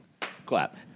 Clap